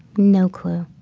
no clue.